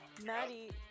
Maddie